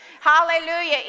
hallelujah